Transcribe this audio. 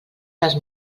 les